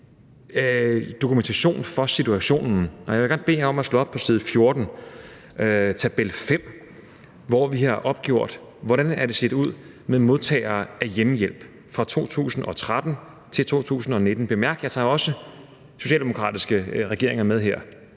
dokumentation af situationen. Og jeg vil godt bede jer om at slå op på side 14 med tabel 5, hvor vi har opgjort, hvordan det ser ud med modtagere af hjemmehjælp fra 2013 til 2019. Bemærk: Jeg tager også socialdemokratiske regeringer med her.